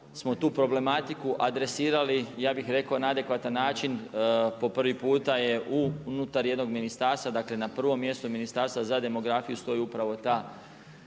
smo tu problematiku adresirali na adekvatan način po prvi puta je unutar jednog ministarstva na prvom mjestu Ministarstva za demografiju stoji upravo taj